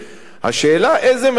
השאלה, איזה מאפיינים.